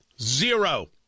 Zero